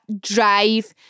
drive